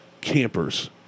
Campers